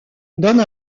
donne